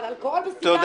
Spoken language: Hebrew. אבל אלכוהול וסיגריות כן.